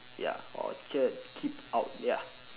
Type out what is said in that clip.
ya orchard keep out ya